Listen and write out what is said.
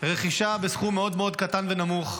רכישה בסכום מאוד מאוד קטן ונמוך,